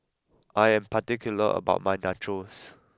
I am particular about my Nachos